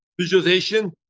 Visualization